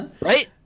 Right